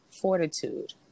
Fortitude